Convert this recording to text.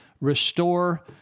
restore